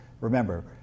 Remember